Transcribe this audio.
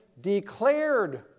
declared